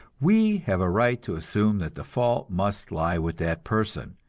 we have a right to assume that the fault must lie with that person,